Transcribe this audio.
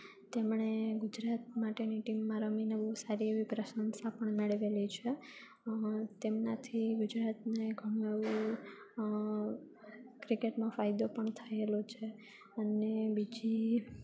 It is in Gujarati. તેમણે ગુજરાત માટેની ટીમમાં રમીને બહુ સારી એવી પ્રશંસા પણ મેળવેલી છે તેમનાથી ગુજરાતને ઘણું એવું ક્રિકેટમાં ફાયદો પણ થએલો છે અને બીજી